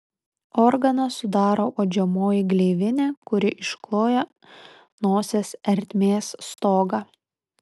organą sudaro uodžiamoji gleivinė kuri iškloja nosies ertmės stogą